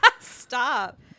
stop